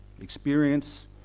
experience